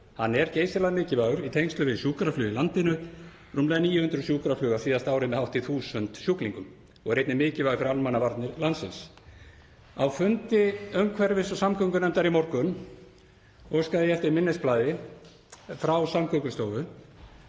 Hann er geysilega mikilvægur í tengslum við sjúkraflug í landinu, rúmlega 900 sjúkraflug voru farin á síðasta ári með hátt í 1.000 sjúklinga, og er einnig mikilvægur fyrir almannavarnir landsins. Á fundi umhverfis- og samgöngunefndar í morgun óskaði ég eftir minnisblaði frá Samgöngustofu